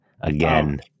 again